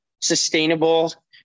sustainable